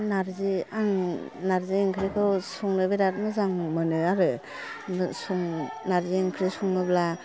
नार्जि आं नार्जि ओंख्रिखौ संनो बिराथ मोजां मोनो आरो नार्जि ओंख्रि सङोब्ला